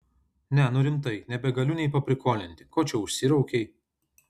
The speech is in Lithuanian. ne nu rimtai nebegaliu nei paprikolinti ko čia užsiraukei